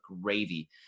gravy